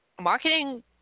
marketing